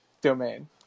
domain